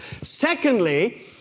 Secondly